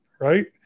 right